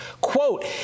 Quote